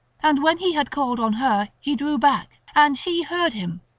and when he had called on her he drew back and she heard him,